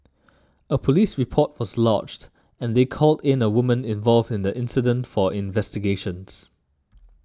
a police report was lodged and they called in a woman involved in the incident for investigations